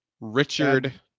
Richard